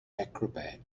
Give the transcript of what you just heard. acrobat